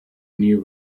new